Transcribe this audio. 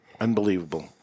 Unbelievable